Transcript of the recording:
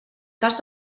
cas